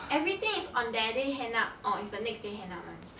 everything is on that day hand up or is the next day hand up [one]